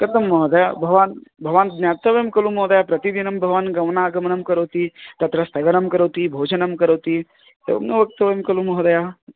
कथं महोदय भवान् भवान् ज्ञातव्यं खलु महोदय प्रतिदिनं भवान् गमनागमनं करोति तत्र स्थगनं करोति भोजनं करोति एवं न वक्तव्यं खलु महोदय